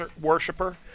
worshiper